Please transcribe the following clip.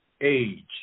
age